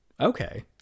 Okay